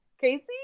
Casey